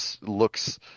looks